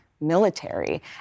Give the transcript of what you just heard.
military